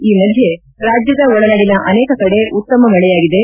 ಈ ಮಧ್ಯೆ ರಾಜ್ಯದ ಒಳನಾಡಿನ ಅನೇಕ ಕಡೆ ಉತ್ತಮ ಮಳೆಯಾಗಿದೆ